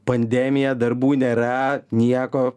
pandemiją darbų nėra nieko